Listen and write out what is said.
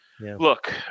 look